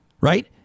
Right